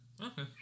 Okay